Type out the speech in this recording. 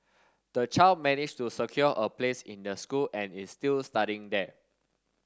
the child managed to secure a place in the school and is still studying there